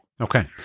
Okay